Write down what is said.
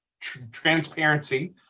transparency